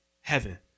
heaven